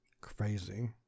Crazy